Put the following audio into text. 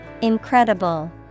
Incredible